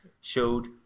showed